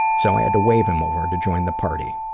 so i had to wave him over to join the party.